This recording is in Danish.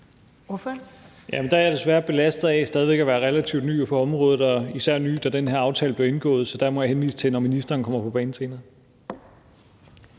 der er jeg desværre belastet af stadig væk at være relativt ny på området, og især ny, da den her aftale blev indgået. Så der må jeg henvise til ministeren, når han kommer på banen senere.